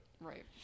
Right